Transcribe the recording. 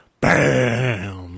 BAM